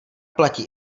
platí